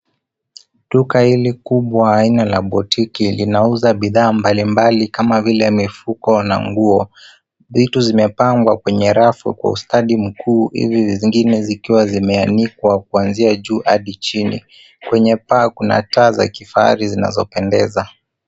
Duka hili kubwa aina la botiki linauza bidhaa mbalimbali kama vile mifuko na nguo. Vitu zimepangwa kwenye rafu kwa ustadi mkuu hivi zingine zikiwa zimeanikwa kuanzia juu hadi chini. Kwenye paa kuna taa za kifahari zinazopendeza.